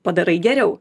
padarai geriau